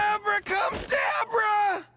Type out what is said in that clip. ah abra-cum-dabra!